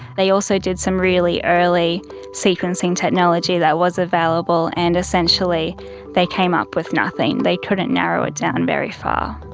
they also did some really early sequencing sequencing technology that was available and essentially they came up with nothing, they couldn't narrow it down very far.